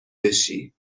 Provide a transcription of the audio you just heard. بشی